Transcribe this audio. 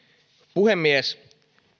puhemies